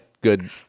good